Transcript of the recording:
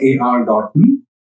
ar.me